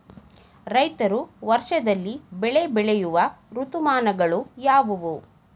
ರೈತರು ವರ್ಷದಲ್ಲಿ ಬೆಳೆ ಬೆಳೆಯುವ ಋತುಮಾನಗಳು ಯಾವುವು?